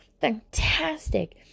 fantastic